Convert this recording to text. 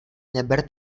neber